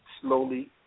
slowly